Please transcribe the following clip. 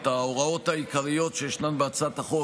את ההוראות העיקריות שיש בהצעת החוק